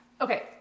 okay